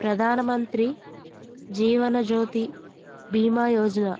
Pradhan Mantri Jeevan Jyoti Bima Yojana